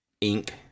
ink